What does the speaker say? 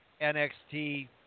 NXT